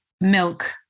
milk